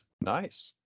Nice